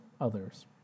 others